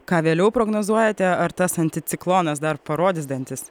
ką vėliau prognozuojate ar tas anticiklonas dar parodys dantis